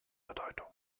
bedeutung